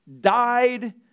died